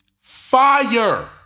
Fire